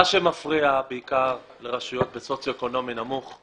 מה שמפריע בעיקר לרשויות בסוציו-אקונומי נמוך,